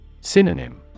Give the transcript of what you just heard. Synonym